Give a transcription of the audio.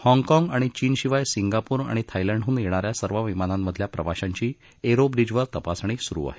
हाँगकाँग आणि चीनशिवाय सिंगापूर आणि थायलंडहून येणाऱ्या सर्व विमानांमधल्या प्रवाशांची एरो ब्रिजवर तपासणी सुरू आहे